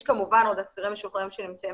יש כמובן עוד אסירים משוחררים שנמצאים